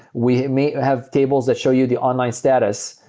we may have tables that show you the online status.